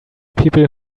people